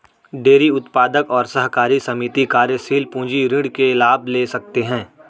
dairy उत्पादक और सहकारी समिति कार्यशील पूंजी ऋण के लाभ ले सकते है